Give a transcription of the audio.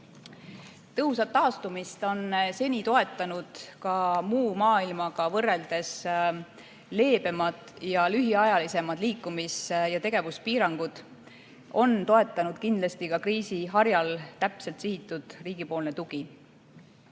Tõhusat taastumist on seni toetanud ka muu maailmaga võrreldes leebemad ja lühiajalisemad liikumis- ja tegevuspiirangud, toetanud on kindlasti ka kriisi harjal täpselt sihitud riigipoolne tugi. Kui